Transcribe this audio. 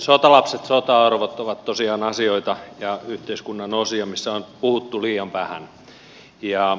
sotalapset sotaorvot ovat tosiaan asioita ja yhteiskunnan osia mistä on puhuttu liian vähän